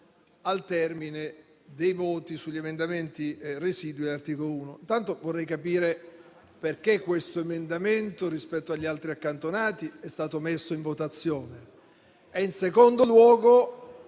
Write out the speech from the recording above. al termine dei voti sugli emendamenti residui all'articolo 1. Intanto, vorrei capire perché questo emendamento, rispetto agli altri accantonati, è stato messo in votazione e, in secondo luogo,